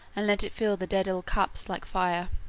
and let it fill the daedal cups like fire.